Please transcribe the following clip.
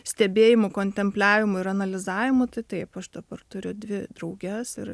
stebėjimų kontempliavimų ir analizavimų tai taip aš dabar turiu dvi drauges ir